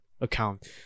account